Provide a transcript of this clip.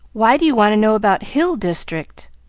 why do you want to know about hill district?